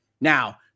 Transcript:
Now